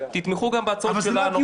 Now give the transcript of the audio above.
תתמכו גם בהצעות שלנו.